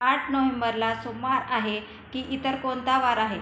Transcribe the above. आठ नोहेंबरला सोमवार आहे की इतर कोणता वार आहे